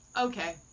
Okay